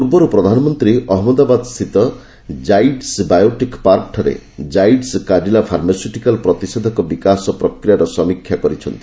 ପୂର୍ବରୁ ପ୍ରଧାନମନ୍ତ୍ରୀ ଅହମ୍ମଦାବାଦସ୍ଥିତ କାଇଡସ୍ ବାୟୋଟେକ୍ ପାର୍କଠାରେ କାଇଡସ୍ କାଡିଲା ଫାର୍ମାସ୍ୟୁଟିକାଲ୍ ପ୍ରତିଷେଧକ ବିକାଶ ପ୍ରକ୍ରିୟାର ସମୀକ୍ଷା କରିଥିଲେ